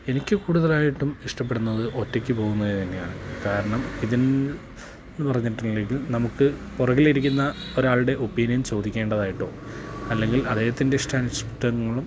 എനിക്ക് കൂടുതലായിട്ടും ഇഷ്ടപ്പെടുന്നത് ഒറ്റയ്ക്ക് പോകുന്നത് തന്നെയാണ് കാരണം ഇതിലെന്ന് പറഞ്ഞിട്ടുണ്ടെങ്കിൽ നമുക്ക് പുറകിൽ ഇരിക്കുന്ന ഒരാളുടെ ഒപ്പീനിയൻ ചോദിക്കേണ്ടതായിട്ടോ അല്ലെങ്കിൽ അദ്ദേഹത്തിൻ്റെ ഇഷ്ടാനിഷ്ടങ്ങളും